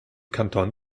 kanton